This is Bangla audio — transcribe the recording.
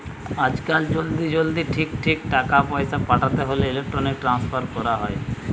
আজকাল জলদি জলদি ঠিক ঠিক টাকা পয়সা পাঠাতে হোলে ইলেক্ট্রনিক ট্রান্সফার কোরা হয়